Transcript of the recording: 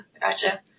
gotcha